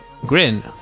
Grin